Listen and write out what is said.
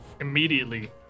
immediately